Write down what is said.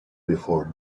before